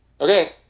Okay